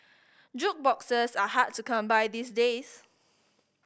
jukeboxes are hard to come by these days